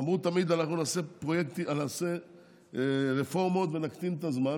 אמרו תמיד: אנחנו נעשה רפורמות ונקטין את הזמן,